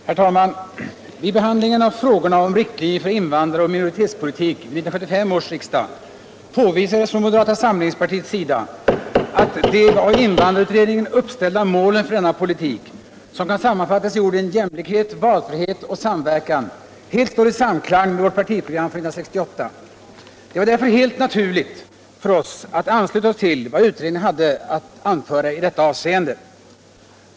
Herr talman! Vid behandlingen av frågorna om riktlinjer för invandraroch minoritetspolitiken vid 1975 års riksdag påvisades från moderata samlingspartiets sida att de av invandrarutredningen uppställda målen för denna politik, som kan sammanfattas i orden jämlikhet, valfrihet och samverkan, helt står i samklang med vårt partiprogram från 1968. Det var därför helt naturligt för oss att ansluta oss till vad utredningen hade att anföra i detta avseende.